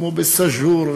כמו בסאג'ור,